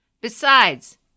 Besides